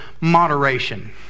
moderation